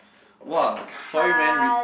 !wah! sorry man we